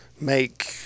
make